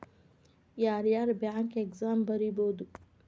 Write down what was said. ಯಾರ್ಯಾರ್ bank exam ಬರಿಬೋದು